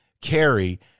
carry